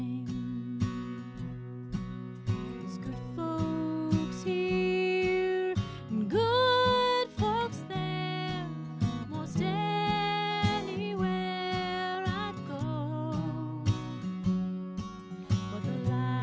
and